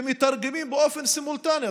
שבהם מתרגמים באופן סימולטני.